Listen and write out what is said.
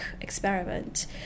experiment